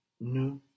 Nous